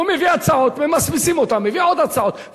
הוא מביא הצעות, ממסמסים אותן, מביא עוד הצעות.